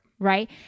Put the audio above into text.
right